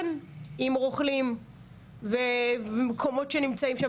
כן, עם רוכלים ומקומות שנמצאים שם.